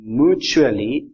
mutually